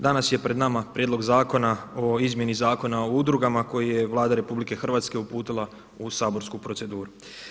Danas je pred nama Prijedlog zakona o izmjeni Zakona o udrugama koji je Vlada RH uputila u saborsku proceduru.